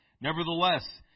Nevertheless